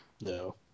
No